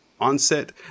onset